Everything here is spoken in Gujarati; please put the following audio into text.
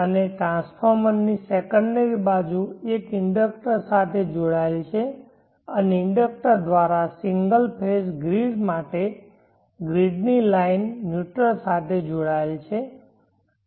અને ટ્રાન્સફોર્મરની સેકન્ડરી બાજુ એક ઇન્ડક્ટર સાથે જોડાયેલ છે અને ઇન્ડકટર દ્વારા સિંગલ ફેઝ ગ્રીડ માટે ગ્રીડની લાઇન ન્યુટ્રલ સાથે જોડાયેલ છે